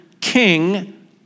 king